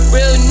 Real